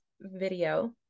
video